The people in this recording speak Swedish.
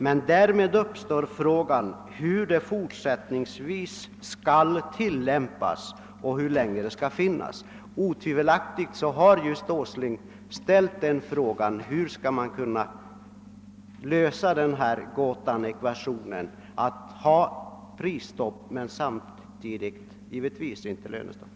Men därmed uppstår frågan hur det fortsättningsvis skall tillämpas och hur länge det skall finnas.> Herr Åsling har otvivelaktigt ställt frågan: Hur skall man kunna lösa ekvationen att ha ett prisstopp men inte ett lönestopp?